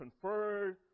conferred